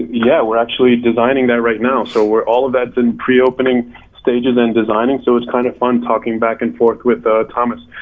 yeah we're actually designing that right now. so all of that's in pre-opening stages and designing so it's kind of fun talking back and forth with thomas.